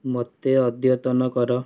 ମୋତେ ଅଦ୍ୟତନ କର